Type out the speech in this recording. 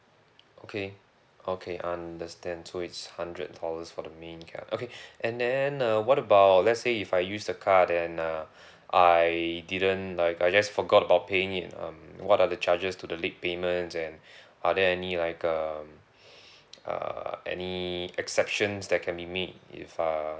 okay okay understand so it's hundred dollars for the main card okay and then uh what about let's say if I use the card then uh I didn't like I just forgot about paying it um what are the charges to the late payments and are there any like um err any exceptions that can be meet if uh